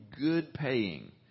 good-paying